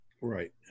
Right